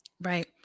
Right